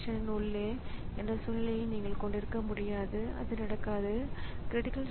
எனவே இது ஒரு மறைக்க முடியும் குறுக்கீடா அல்லது மறைக்க முடியாத குறுக்கீடா